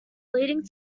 leading